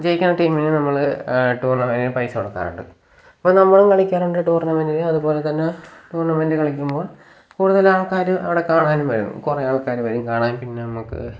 ജയിക്കുന്ന ടീമിന് നമ്മള് ടൂർണമെന്റെ പൈസ കൊടുക്കാറുണ്ട് അപ്പം നമ്മളും കളിക്കാറുണ്ട് ടൂർണമൻറ്റിന് അതുപോലതന്നെ ടൂർണ്ണമെൻറ്റ് കളിക്കുമ്പോൾ കൂടുതലാൾക്കാര് അവിടെ കാണാനും വരുന്നു കുറെ ആൾക്കാര് വരും കാണാൻ പിന്നെ നമുക്ക്